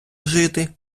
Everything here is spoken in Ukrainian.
жити